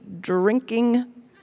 drinking